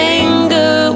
anger